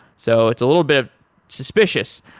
so it's a little bit of suspicious.